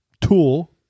tool